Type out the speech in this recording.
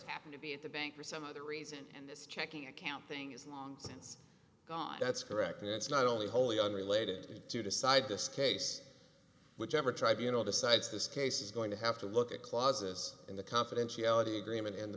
happened to be at the bank for some other reason and this checking account thing is long since gone that's correct and it's not only wholly unrelated to decide this case whichever tribe you know decides this case is going to have to look at clauses in the confidentiality agreement in the